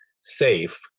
safe